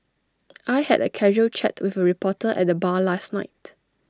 I had A casual chat with A reporter at the bar last night